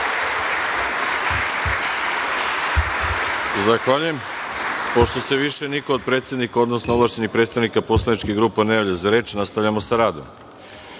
Zahvaljujem. Pošto se više niko do predsednika, odnosno ovlašćenih predstavnika poslaničkih grupa ne javlja za reč, nastavljamo sa